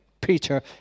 Peter